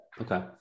Okay